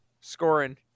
Scoring